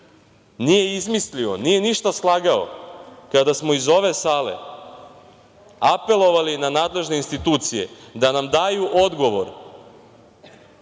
nije izmislio, nije ništa slagao, kada smo iz ove sale apelovali na nadležne institucije da nam daju odgovor